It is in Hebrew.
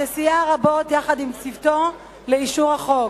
שסייע רבות יחד עם צוותו לאישור החוק,